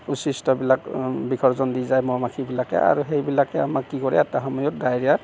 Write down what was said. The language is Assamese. বিলাক বিসৰ্জন দি যায় মাখিবিলাকে আৰু সেইবিলাকে আমাক কি কৰে এটা সময়ত ডায়েৰীয়াৰ